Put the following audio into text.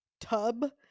tub